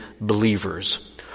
believers